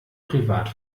privat